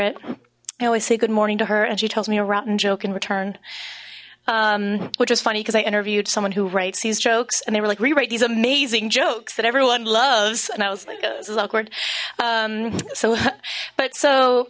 it i always say good morning to her and she tells me a rotten joke and returned which was funny because i interviewed someone who writes these jokes and they were like rewrite these am a king jokes and everyone loves and i was awkward so but so